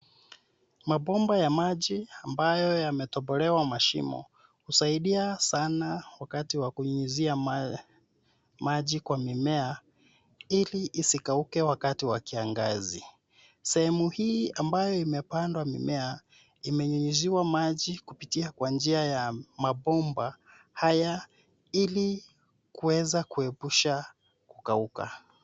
Mabomba ya maji ambayo yametobolewa mashimo husaidia sana wakati wa kunyunyizia maji kwa mimea ili isikauke wakati wa kiangazi. Sehemu hii ambayo imepandwa mimea imenyunyiziwa maji kupitia kwa njia ya mabomba haya ili kuweza kuepusha kukauka.